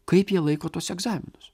kaip jie laiko tuos egzaminus